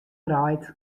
draait